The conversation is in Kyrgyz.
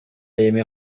эми